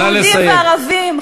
יהודים וערבים,